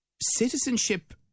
citizenship